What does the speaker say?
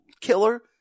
killer